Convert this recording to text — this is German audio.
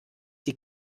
die